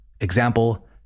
Example